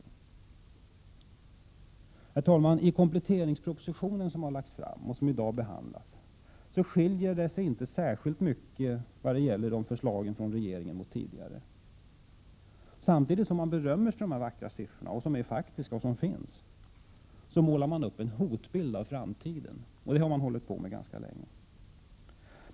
Herr talman! Den kompletteringsproposition som har lagts fram och som i dag behandlas skiljer sig inte särskilt mycket från tidigare förslag från regeringen. Samtidigt som man berömmer sig för de vackra siffrorna, som är faktiska, målar man upp en hotbild av framtiden — vilket man har gjort ganska länge.